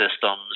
systems